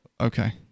Okay